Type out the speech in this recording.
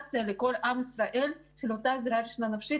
לפתח איזושהי אפליקציה לכל עם ישראל של אותה עזרה ראשונה נפשית,